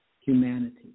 humanity